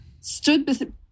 stood